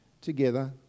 together